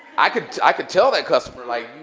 i could i could tell that customer, like,